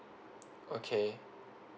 okay